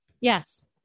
yes